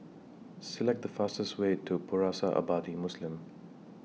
Select The fastest Way to Pusara Abadi Muslim